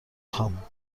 خوام